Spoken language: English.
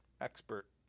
expert